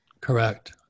Correct